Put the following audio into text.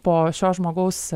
po šio žmogaus